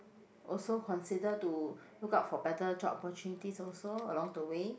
also consider to look out for better job opportunities also along the way